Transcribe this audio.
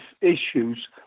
issues